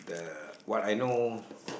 the what I know